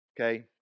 Okay